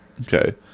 Okay